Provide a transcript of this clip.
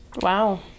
wow